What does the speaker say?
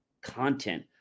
content